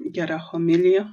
gera homilija